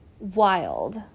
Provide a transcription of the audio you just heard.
wild